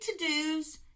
to-dos